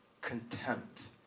contempt